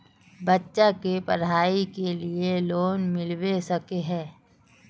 बच्चा के पढाई के लिए लोन मिलबे सके है?